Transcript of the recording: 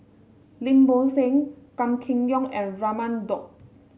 Lim Bo Seng Gan Kim Yong and Raman Daud